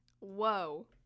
Whoa